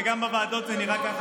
וגם בוועדות זה נראה ככה,